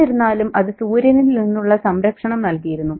എന്നിരുന്നാലും അത് സൂര്യനിൽ നിന്നുള്ള സംരക്ഷണം നൽകിയിരുന്നു